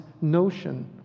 notion